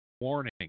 warning